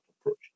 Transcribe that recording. approach